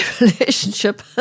relationship